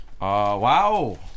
wow